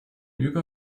über